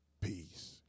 Peace